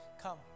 Come